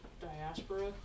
Diaspora